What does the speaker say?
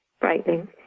frightening